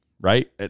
right